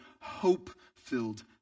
hope-filled